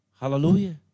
Hallelujah